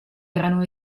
erano